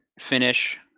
finish